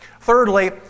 Thirdly